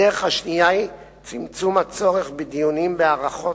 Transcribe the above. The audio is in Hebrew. הדרך השנייה היא צמצום הצורך בדיונים בהארכות